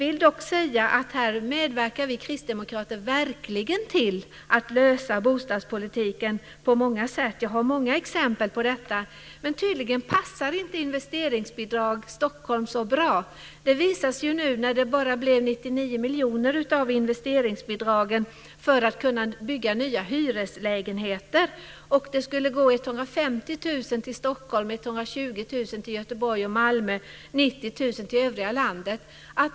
Här medverkar vi kristdemokrater verkligen till att lösa problemen inom bostadspolitiken på många sätt. Jag har många exempel på detta. Men tydligen passar inte investeringsbidrag Stockholm så bra. Det visar sig nu när det bara blev 99 miljoner av investeringsbidragen som skulle gå till att kunna bygga nya hyreslägenheter. Det skulle utgå bidrag per lägenhet med 150 000 kr till Stockholm, 120 000 kr till Göteborg och Malmö och 90 000 kr till övriga landet.